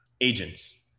agents